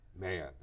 man